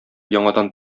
яңадан